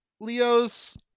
Leos